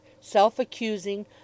self-accusing